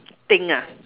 thing ah